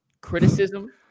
criticism